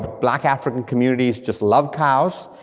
black african communities just love cows,